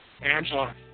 Angela